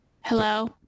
Hello